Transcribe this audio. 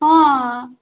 ହଁ